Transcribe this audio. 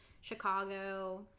Chicago